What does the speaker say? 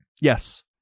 Yes